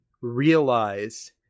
realize